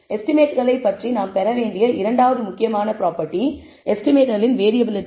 எஸ்டிமேட்களைப் பற்றி நாம் பெற வேண்டிய இரண்டாவது முக்கியமான ப்ராபெர்டி எஸ்டிமேட்டிகளின் வேறியபிலிட்டி